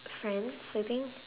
friends I think